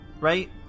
right